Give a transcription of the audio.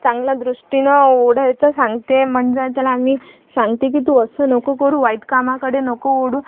चांगलं दृष्टीने ओढायचं सांगते आहे म्हणजे त्याला आम्ही सांगते की तू असं नको करू वाईट कामाकडे नको ओढू